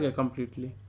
completely।